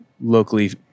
locally